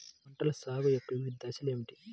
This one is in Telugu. పంటల సాగు యొక్క వివిధ దశలు ఏమిటి?